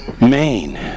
Maine